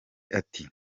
ati